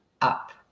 up